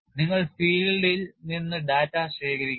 നിങ്ങൾ ഫീൽഡിൽ നിന്ന് ഡാറ്റ ശേഖരിക്കുന്നു